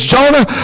Jonah